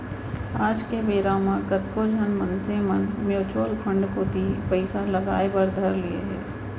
आज के बेरा म कतको झन मनसे मन म्युचुअल फंड कोती पइसा लगाय बर धर लिये हें